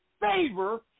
favor